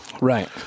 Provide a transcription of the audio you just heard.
Right